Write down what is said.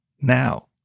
now